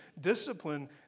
discipline